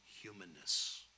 humanness